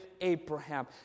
Abraham